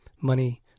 money